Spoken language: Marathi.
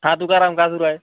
हां तुकाराम काय सुरू आहे